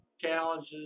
challenges